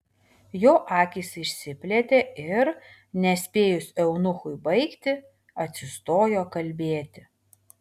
jo akys išsiplėtė ir nespėjus eunuchui baigti atsistojo kalbėti